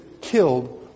killed